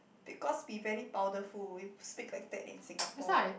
because we very powderful we speak like that in Singapore